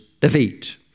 defeat